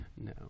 No